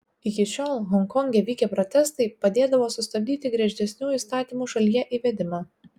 iki šiol honkonge vykę protestai padėdavo sustabdyti griežtesnių įstatymų šalyje įvedimą